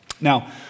Now